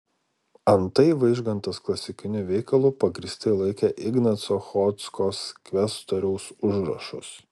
antai vaižgantas klasikiniu veikalu pagrįstai laikė ignaco chodzkos kvestoriaus užrašus